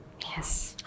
Yes